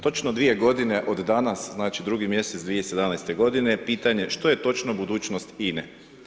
Točno dvije godine od danas, znači, drugi mjesec 2017.g. pitanje što je točno budućnost INA-e?